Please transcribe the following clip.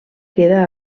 queda